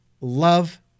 love